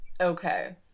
Okay